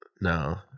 no